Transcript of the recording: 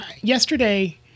yesterday